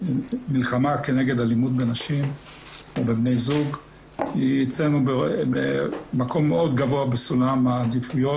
בין בני זוג היא אצלנו במקום מאוד גבוה בסולם העדיפויות,